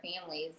families